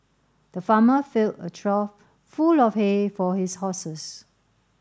the farmer filled a trough full of hay for his horses